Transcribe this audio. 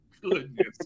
goodness